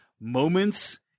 moments